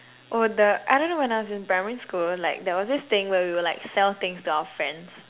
oh the I don't know when I was in primary school like there was this thing where we would like sell things to our friends